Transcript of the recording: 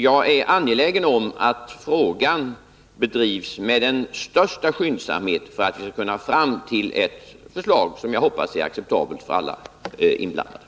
Jag är angelägen om att frågan drivs med den största Nr 110 skyndsamhet, så att vi skall kunna komma fram till ett förslag som Måndagen den förhoppningsvis är acceptabelt för alla inblandade.